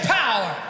power